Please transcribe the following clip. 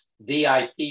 VIP